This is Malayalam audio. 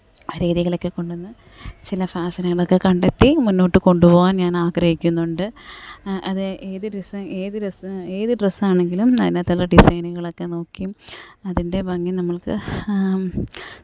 രീതികളൊക്കെ കൊണ്ടുവന്ന് ചില ഫാഷന്കളൊക്കെ കണ്ടെത്തി മുന്നോട്ട് കൊണ്ടുപോവാന് ഞാൻ ആഗ്രഹിക്കുന്നുണ്ട് അതെ ഏത് ഡ്രസ്സാ ഏത് ഡ്റെസാ ഏത് ഡ്രസ്സ് ആണെങ്കിലും അയിനകത്തുള്ള ഡിസൈനുകളൊക്കെ നോക്കിയും അതിന്റെ ഭംഗി നമ്മള്ക്ക്